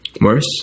Worse